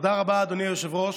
תודה רבה, אדוני היושב-ראש.